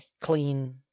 clean